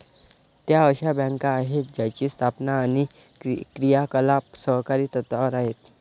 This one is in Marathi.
त्या अशा बँका आहेत ज्यांची स्थापना आणि क्रियाकलाप सहकारी तत्त्वावर आहेत